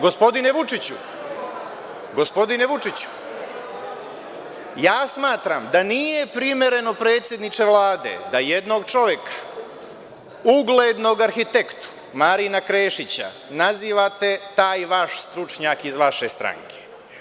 Gospodine Vučiću, ja smatram da nije primereno predsedniče Vlade, da jedan čovek uglednog arhitektu Marina Krešića, nazivate - taj vaš stručnjak iz vaše stranke.